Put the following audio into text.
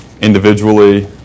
Individually